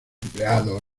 empleados